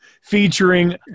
Featuring